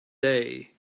day